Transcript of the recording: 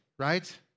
right